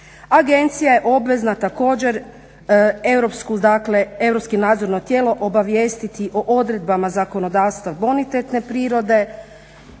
Agencija je obvezna također europsko nadzorno tijelo obavijestiti o odredbama zakonodavstva bonitetne prirode.